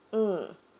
mm